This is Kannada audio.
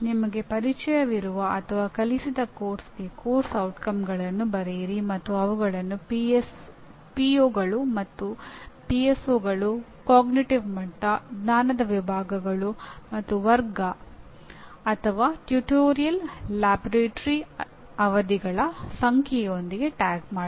ನಿಮಗೆ ಪರಿಚಯವಿರುವ ಅಥವಾ ಕಲಿಸಿದ ಪಠ್ಯಕ್ರಮಕ್ಕೆ ಪಠ್ಯಕ್ರಮದ ಪರಿಣಾಮಗಳನ್ನು ಬರೆಯಿರಿ ಮತ್ತು ಅವುಗಳನ್ನು ಪಿಒಗಳು ಅರಿವಿನ ಮಟ್ಟ ಜ್ಞಾನದ ವಿಭಾಗಗಳು ಮತ್ತು ವರ್ಗ ಅಥವಾ ಟ್ಯುಟೋರಿಯಲ್ ಲ್ಯಾಬೊರೇಟರಿ ಅವಧಿಗಳಗಳ ಸಂಖ್ಯೆಯೊಂದಿಗೆ ಟ್ಯಾಗ್ ಮಾಡಿ